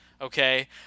okay